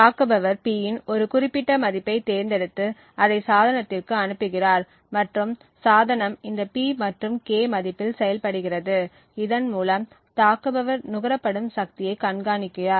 தாக்குபவர் P இன் ஒரு குறிப்பிட்ட மதிப்பைத் தேர்ந்தெடுத்து அதை சாதனத்திற்கு அனுப்புகிறார் மற்றும் சாதனம் இந்த P மற்றும் K மதிப்பில் செயல்படுகிறது இதன் மூலம் தாக்குபவர் நுகரப்படும் சக்தியை கண்காணிக்கிறார்